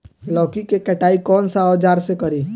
लौकी के कटाई कौन सा औजार से करी?